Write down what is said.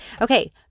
Okay